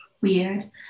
weird